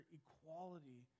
equality